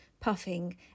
puffing